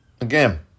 Again